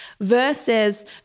versus